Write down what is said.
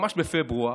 ממש בפברואר,